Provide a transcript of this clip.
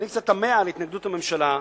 אני קצת תמה על התנגדות הממשלה,